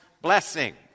blessing